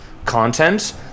Content